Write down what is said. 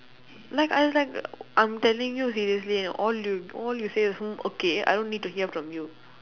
like I like I'm telling you seriously and all you all you say is hmm okay I don't need to hear from you